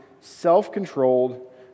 self-controlled